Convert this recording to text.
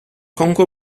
congo